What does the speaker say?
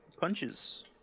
punches